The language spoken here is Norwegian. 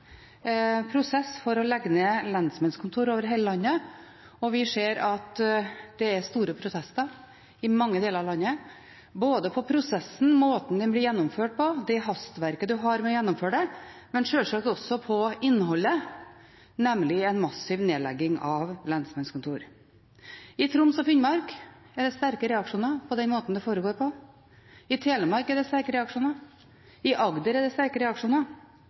prosess for å legge ned lensmannskontor over hele landet, og vi ser at det er store protester i mange deler av landet, mot prosessen, måten den blir gjennomført på, det hastverket en har med å gjennomføre det, men sjølsagt også mot innholdet, nemlig en massiv nedlegging av lensmannskontor. I Troms og Finnmark er det sterke reaksjoner på den måten det foregår på. I Telemark er det sterke reaksjoner, i Agder er det